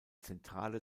zentrale